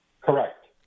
Correct